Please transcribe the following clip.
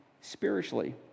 spiritually